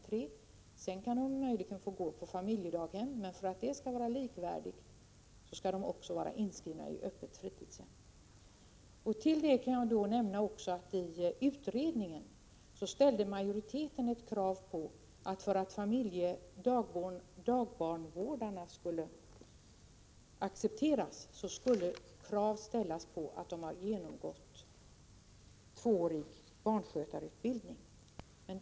3, sedan skall de möjligen få gå till ett familjedaghem, men för att familjedaghemmet skall anses likvärdigt med fritidshem måste de också vara inskrivna vid öppet fritidshem. Jag kan också nämna att majoriteten i utredningen ställde ett krav på att familjedagbarnvårdarna skulle ha tvåårig barnskötarutbildning för att accepteras.